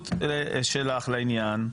התייחסות שלך לעניין,